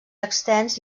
extens